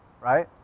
right